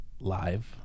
Live